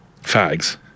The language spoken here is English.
fags